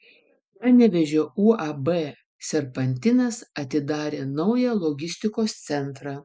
panevėžio uab serpantinas atidarė naują logistikos centrą